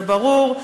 זה ברור,